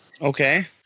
Okay